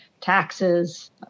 taxes